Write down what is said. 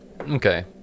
Okay